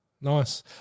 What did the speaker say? nice